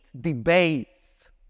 debates